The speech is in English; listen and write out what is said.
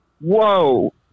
Whoa